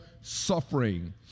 suffering